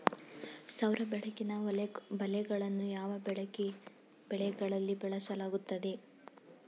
ಸೌರ ಬೆಳಕಿನ ಬಲೆಗಳನ್ನು ಯಾವ ಬೆಳೆಗಳಲ್ಲಿ ಬಳಸಲಾಗುತ್ತದೆ?